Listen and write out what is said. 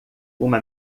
uma